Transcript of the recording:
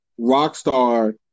Rockstar